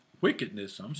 wickedness